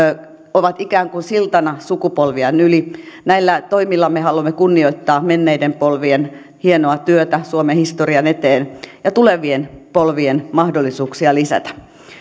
ovat ikään kuin siltana sukupolvien yli näillä toimilla me haluamme kunnioittaa menneiden polvien hienoa työtä suomen historian eteen ja tulevien polvien mahdollisuuksia lisätä